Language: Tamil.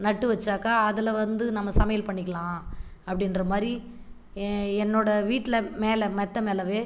நட்டு வச்சாக்கா அதில் வந்து நம்ம சமையல் பண்ணிக்கலாம் அப்படின்றமாரி என்னோட வீட்டில் மேலே மெத்த மேலவே